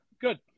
Good